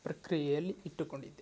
ಪ್ರಕ್ರಿಯೆಯಲ್ಲಿ ಇಟ್ಟುಕೊಂಡಿದ್ದೇವೆ